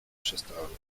przestałabym